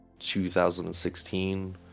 2016